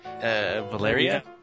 Valeria